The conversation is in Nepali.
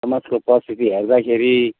समाजको परिस्थिति हेर्दाखेरि